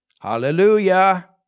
hallelujah